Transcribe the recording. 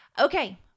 Okay